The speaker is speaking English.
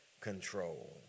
control